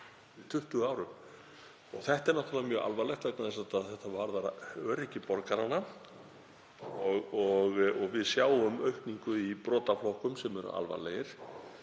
Þetta er náttúrlega mjög alvarlegt vegna þess að þetta varðar öryggi borgaranna og við sjáum aukningu í brotaflokkum sem eru alvarlegir.